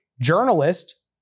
journalist